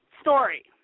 story